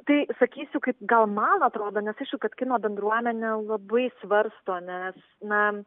tai sakysiu kaip gal man atrodo nes aišku kad kino bendruomenė labai svarsto nes na